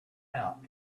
out